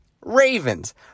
Ravens